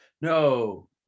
No